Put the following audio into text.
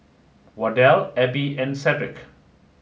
Wardell Abbey and Cedric